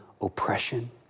oppression